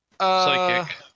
psychic